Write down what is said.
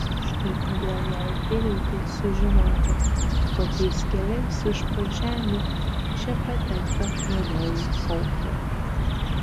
štai kodėl jai prireikė sužinoti kokiais keliais iš po žemių čia patenka juodoji kaukė